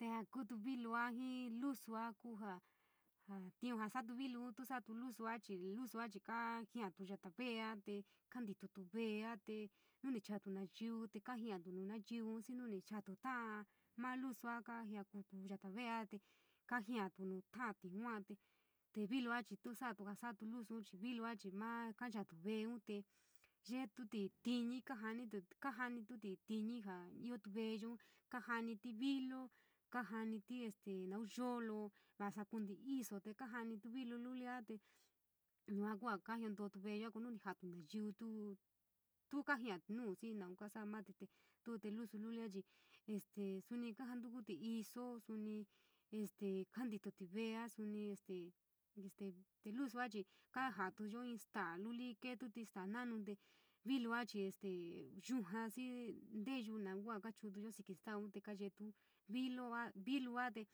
Te joo kutu vilva jii lusua kuu jaa tiun jaa satu vilun tuy sa’atu lusua chii lusua chii kaa jiatu yata ve’ea te kantitotu ve’ea te nu ni chaa tu nayiu te kojia nu nayiun xii nu ni chaatu ta’a ma lusua kaa jiakutu yata ve’ea te kaa jiatu nuu ta’ate yua te. Te vilua chii tu saatu jaa saatu lusua chii vilu chii maa kanchaatu veeunte, yeetuti tiñi kajaniti kajanituti tini jaa iootu veeyo, kajaniti vilo, kojaniti este naun yolo vasa konti iso te kajanitu vilululia te, yua kua kajiantootu veeyo ko nu ni jatu nayiuu, tu kajia nu xii naun kasa mati te. Lusu lulia chii este suni kajantukutí iso suni kantitoti veea suni este, te lusua chii kaja’antuyo inn staa luli, ketuti inn staa na’aanute. Vilua chii stee yuja xii nteyuu naun ku ja ka chu’utuyo xiki staaun te kayetu vilo a vilua te;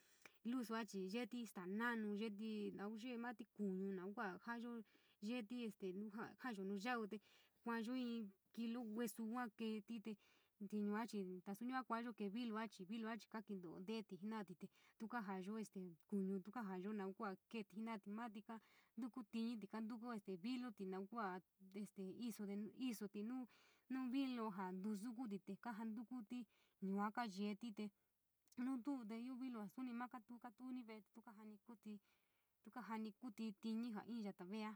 lusua chii yeeti staa ba’anu yeeti naun yeti mati kuuñu naun kua jayo yeeti jaayo nu yau’u kuayo in kilo hueso yua keti te, te yua chii nasu yua kuayo kee vilua chii vilua chii ka kento nteeti jinati, tu kajayo este tu kajayo kuñu tu kajayo naun kua keti jenati mati kantukuti tiñiti kantukuti viloti naunn kuate este iso de iso nu nu vilo jaa ntusu kuti te kajantukuti yua kayeeti te, nu tu te yua ioo vilu suni maa kalu, katu vee te tuu kajani kuiti tiñi jaa ioo yata vea.